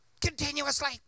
continuously